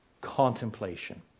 contemplation